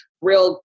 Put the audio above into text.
real